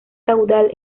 caudal